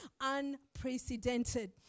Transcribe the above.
unprecedented